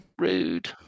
Rude